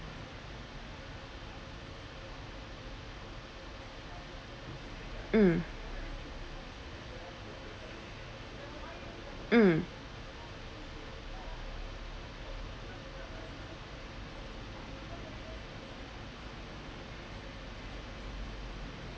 mm mm